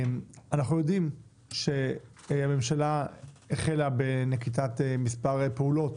אנחנו יודעים שהממשלה החלה בנקיטת מספר פעולות